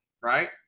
right